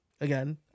Again